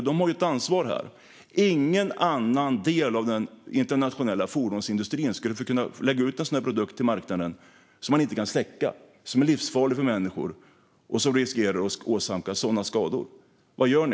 De har ju ett ansvar här. Ingen annan del av den internationella fordonsindustrin skulle kunna lägga ut en produkt på marknaden som man inte kan släcka, som är livsfarlig för människor och som riskerar att åsamka sådana skador. Vad gör ni?